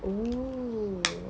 ooh